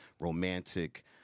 romantic